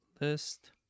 list